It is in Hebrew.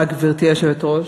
גברתי היושבת-ראש,